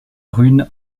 runes